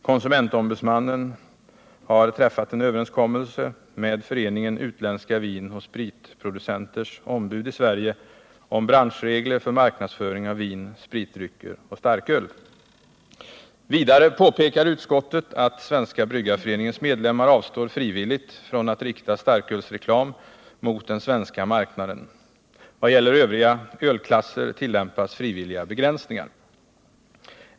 Konsumentombudsmannen har träffat en överenskommelse med Föreningen Utländska vinoch spritproducenters ombud i Sverige om branschregler för marknadsföring av vin, spritdrycker och starköl. Vidare påpekar utskottet att Svenska bryggareföreningens medlemmar frivilligt avstår från att rikta starkölsreklam mot den svenska marknaden. I vad gäller övriga ölklasser tillämpas frivilliga begränsningar.